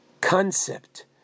concept